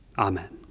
amen.